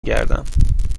گردم